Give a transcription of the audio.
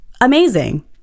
amazing